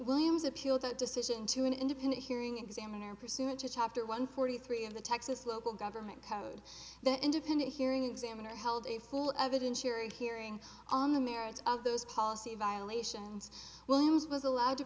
williams appealed that decision to an independent hearing examiner pursuant to chapter one forty three of the texas local government code the independent hearing examiner held a full evidence hearing hearing on the merits of those policy violations williams was allowed to